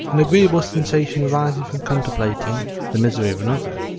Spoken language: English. an agreeable sensation arising from contemplating the misery of another.